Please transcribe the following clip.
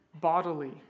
bodily